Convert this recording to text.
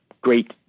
great